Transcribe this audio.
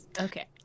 Okay